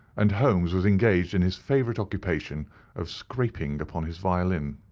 and holmes was engaged in his favourite occupation of scraping upon his violin.